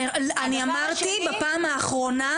אני אמרתי בפעם האחרונה,